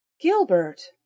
Gilbert